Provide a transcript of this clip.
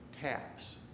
taps